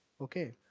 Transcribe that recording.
Okay